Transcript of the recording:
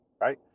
right